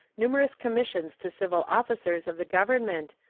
numerous commissions to civil officers of the government,